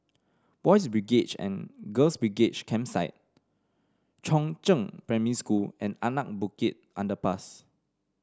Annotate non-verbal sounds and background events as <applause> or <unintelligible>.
Boys' <unintelligible> and Girls' B <unintelligible> Campsite Chongzheng Primary School and Anak Bukit Underpass